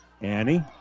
Annie